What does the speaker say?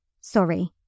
Sorry